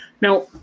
Now